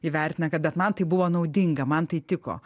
įvertina kad bet man tai buvo naudinga man tai tiko